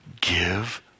give